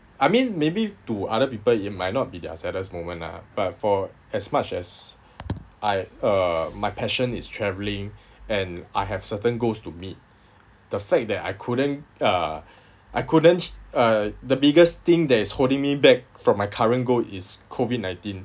I mean maybe to other people it might not be their saddest moment ah but for as much as I uh my passion is travelling and I have certain goals to meet the fact that I couldn't uh I couldn't uh the biggest thing that is holding me back from my current goal is COVID nineteen